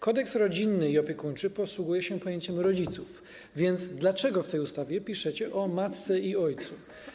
Kodeks rodzinny i opiekuńczy posługuje się pojęciem rodziców, więc dlaczego w tej ustawie piszecie o matce i ojcu?